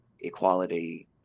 equality